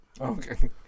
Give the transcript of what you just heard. Okay